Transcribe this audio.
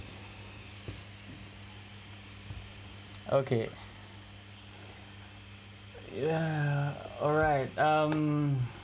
okay ya alright um